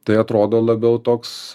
tai atrodo labiau toks